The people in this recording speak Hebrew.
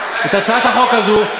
הצעת החוק הזאת.